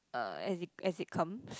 uh as it as it comes